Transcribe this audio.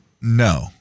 No